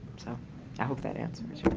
so i hope that answers